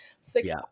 six